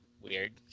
Weird